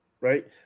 right